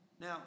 Now